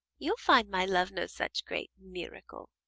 you ll find my love no such great miracle.